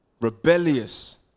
Rebellious